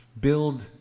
build